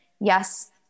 yes